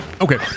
okay